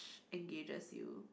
engages you